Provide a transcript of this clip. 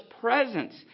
presence